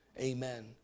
Amen